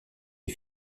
les